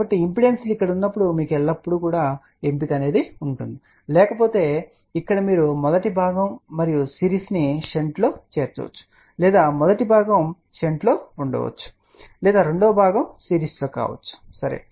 కాబట్టి ఇంపిడెన్స్లు ఇక్కడ ఉన్నప్పుడు మీకు ఎల్లప్పుడూ ఎంపిక ఉంటుంది లేకపోతే ఇక్కడ మీరు మొదటి భాగం మరియు సిరీస్ను షంట్లో చేర్చవచ్చు లేదా మొదటి భాగం షంట్లో ఉండవచ్చు లేదా రెండవ భాగం సిరీస్లో కావచ్చు సరే